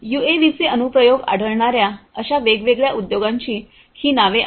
यूएव्हीचे अनुप्रयोग आढळणाऱ्या अशा वेगवेगळ्या उद्योगांची ही नावे आहेत